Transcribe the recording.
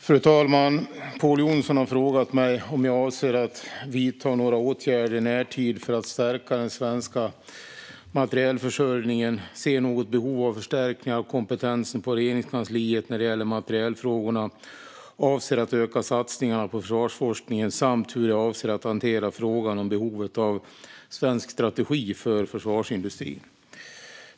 Fru talman! har frågat mig om jag avser att vidta några åtgärder i närtid för att stärka den svenska materielförsörjningen, om jag ser något behov av förstärkningar av kompetensen på Regeringskansliet när det gäller materielfrågorna, om jag avser att öka satsningarna på försvarsforskningen samt hur jag avser att hantera frågan om behovet av en svensk strategi för försvarsindustrin.